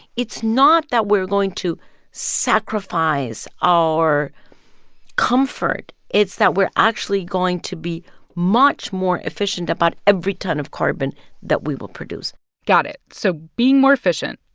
it's not that we're going to sacrifice our comfort it's that we're actually going to be much more efficient about every ton of carbon that we will produce got it. so being more efficient,